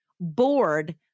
bored